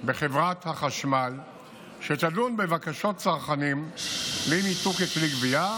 בחברת חשמל שתדון בבקשות צרכנים לאי-ניתוק ככלי גבייה,